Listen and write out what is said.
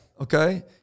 Okay